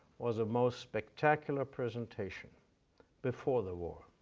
was the most spectacular presentation before the war.